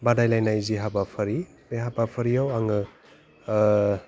बादायलायनाय जि हाबाफारि बे हाबाफारियाव आङो